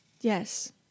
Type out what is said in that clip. Yes